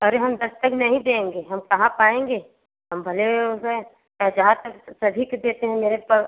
अरे हम दस तक नही देंगे हम कहाँ पाएंगे हम भले हो गए हैं चाहे जहाँ तक सभी के देते हैं मेरेट पर